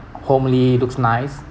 homely looks nice